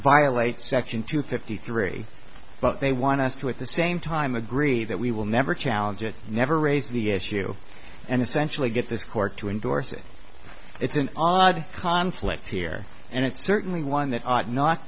violates section two fifty three but they want us to at the same time agree that we will never challenge it and never raise the issue and essentially get this court to endorse it it's an odd conflict here and it's certainly one that ought not